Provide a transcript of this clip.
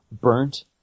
burnt